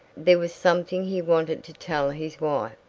there was something he wanted to tell his wife,